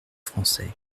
français